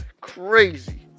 crazy